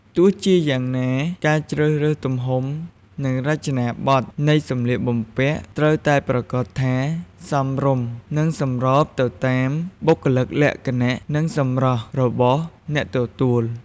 ទោះជាយ៉ាងណា ការជ្រើសរើសទំហំ និងរចនាបថនៃសម្លៀកបំពាក់ត្រូវតែប្រាកដថាសមរម្យ និងសម្របទៅតាមបុគ្គលិកលក្ខណៈ និងសម្រស់របស់អ្នកទទួល។